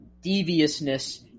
deviousness